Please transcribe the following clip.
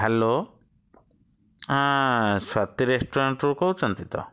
hello Swati ରେଷ୍ଟୁରାଣ୍ଟ୍ରୁ କହୁଛନ୍ତି ତ